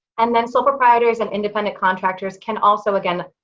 and then sole proprietors and independent contractors can also, again,